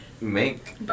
Make